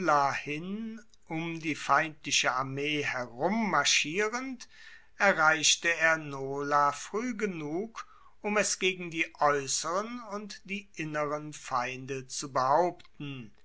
um die feindliche armee herum marschierend erreichte er nola frueh genug um es gegen die aeusseren und die inneren feinde zu behaupten